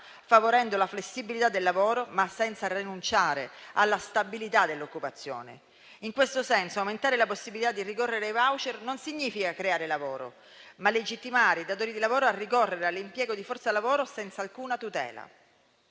favorendo la flessibilità del lavoro ma senza rinunciare alla stabilità dell'occupazione. In questo senso, aumentare la possibilità di ricorrere ai *voucher* non significa creare lavoro, ma legittimare i datori di lavoro a ricorrere all'impiego di forza lavoro senza alcuna tutela.